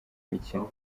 mikino